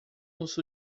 urso